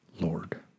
Lord